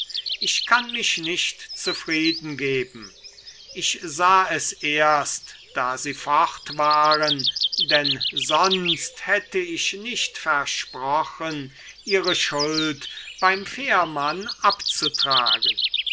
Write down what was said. ich kann mich nicht zufriedengeben ich sah es erst da sie fort waren denn sonst hätte ich nicht versprochen ihre schuld beim fährmann abzutragen